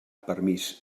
permís